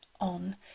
on